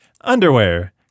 Underwear